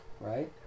right